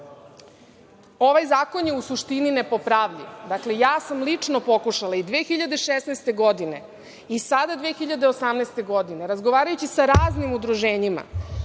zakon je u suštini nepopravljiv. Dakle, lično sam pokušala i 2016. i sada, 2018. godine, razgovarajući sa raznim udruženjima,